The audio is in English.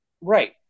Right